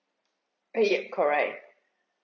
uh ya correct